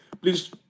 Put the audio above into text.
Please